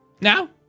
Now